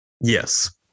Yes